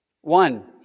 One